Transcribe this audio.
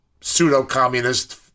pseudo-communist